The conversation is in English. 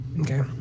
Okay